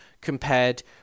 compared